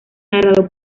narrado